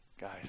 guys